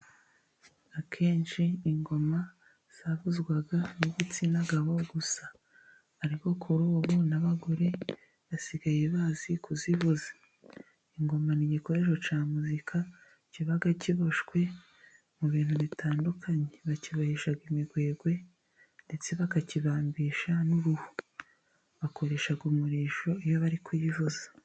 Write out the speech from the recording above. Akenshi ingoma zavuzwaga n'igitsina gabo gusa, ariko kuri ubu n'abagore basigaye bazi kuzivuza. Ingoma igikoresho cya muzika kiba kiboshwye mu bintu bitandukanye, bakibohesha imigwegwe ndetse bakakibambisha n'uruhu, bakoresha umurishyo iyo bari kuyivuza.